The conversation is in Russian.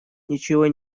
ничего